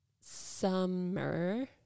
summer